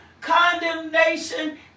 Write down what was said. condemnation